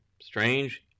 Strange